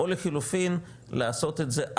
או לחילופין לעשות את זה,